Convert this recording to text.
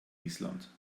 island